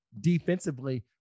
defensively